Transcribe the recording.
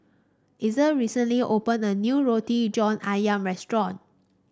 Ezell recently opened a new Roti John ayam restaurant